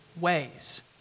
ways